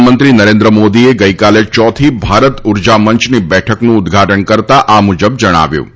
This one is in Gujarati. પ્રધાનમંત્રી નરેન્દ્ર મોદીએ ગઈકાલે ચોથી ભારત ઉર્જામંચની બેઠકનું ઉદઘાટન કરતાં આ મુજબ જણાવ્યું હતું